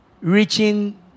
reaching